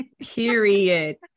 period